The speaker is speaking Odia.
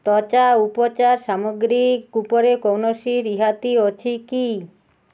ତ୍ଵଚା ଉପଚାର ସାମଗ୍ରୀ ଉପରେ କୌଣସି ରିହାତି ଅଛି କି